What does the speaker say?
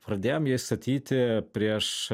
pradėjome jį statyti prieš